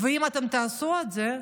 ואם אתם תעשו את זה,